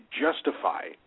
justify